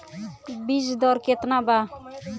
बीज दर केतना बा?